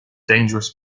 dangerous